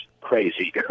crazy